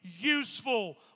useful